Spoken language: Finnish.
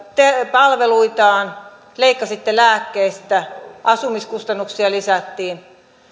palveluitaan leikkasitte lääkkeistä asumiskustannuksia lisättiin